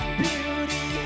beauty